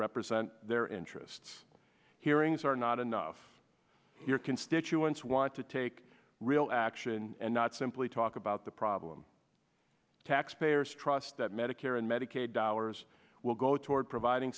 represent their interests hearings are not enough your constituents want to take real action and not simply talk about the problem taxpayers trust that medicare and medicaid dollars will go toward providing